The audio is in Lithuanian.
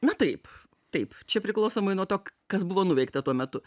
na taip taip čia priklausomai nuo to kas buvo nuveikta tuo metu